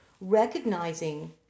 recognizing